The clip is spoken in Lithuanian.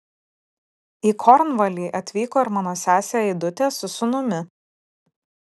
į kornvalį atvyko ir mano sesė aidutė su sūnumi